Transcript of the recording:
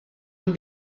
amb